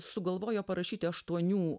sugalvojo parašyti aštuonių